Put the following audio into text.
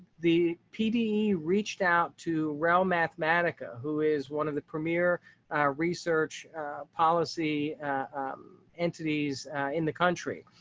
the pd reached out to raul mathematica, who is one of the premier research policy entities in the country.